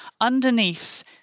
underneath